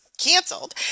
canceled